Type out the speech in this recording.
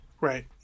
Right